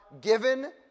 given